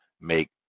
make